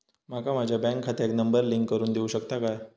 माका माझ्या बँक खात्याक नंबर लिंक करून देऊ शकता काय?